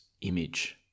image